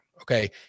Okay